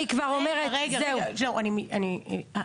אין מי יילחם.